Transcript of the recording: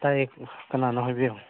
ꯇꯥꯏꯌꯦ ꯀꯅꯥꯅꯣ ꯍꯥꯏꯕꯤꯌꯨ